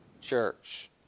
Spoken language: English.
church